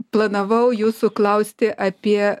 planavau jūsų klausti apie